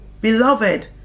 Beloved